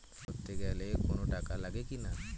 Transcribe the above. ঋণের আবেদন করতে গেলে কোন টাকা লাগে কিনা?